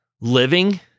living